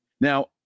Now